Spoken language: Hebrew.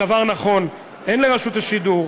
הדבר נכון הן לרשות השידור,